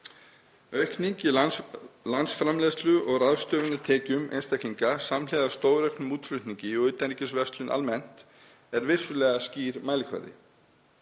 Aukning í landsframleiðslu og ráðstöfunartekjum einstaklinga samhliða stórauknum útflutningi og utanríkisverslun almennt er vissulega skýr mælikvarði.